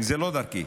זו לא דרכי,